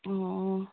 ꯑꯣ